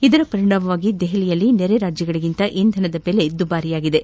ಇದರ ಪರಿಣಾಮ ದೆಹಲಿಯಲ್ಲಿ ನೆರೆಯ ರಾಜ್ಯಗಳಿಗಿಂತ ಇಂಧನಗಳ ಬೆಲೆ ದುಬಾರಿಯಾಗಿದೆ